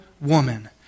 woman